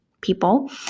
people